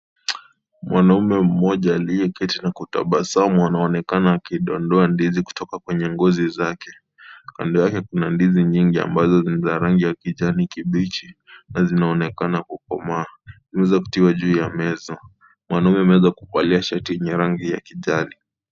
Mwanaume moja aliye keti na kutabasamu anaonekana akindondoa ndizi kutoka kwenye ngozi yake. Kando yake kuna ndizi nyingi ambazo ni rangi ya kijani kibichi na zinaonekana kukomaa zimeweza kutiwa juu ya meza. Mwanaume ameweza kuvalia shati yenye rangi ya kijani.